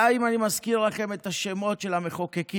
די אם אזכיר לכם את השמות של המחוקקים,